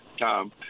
Tom